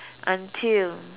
until